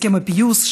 הסכם הפיוס,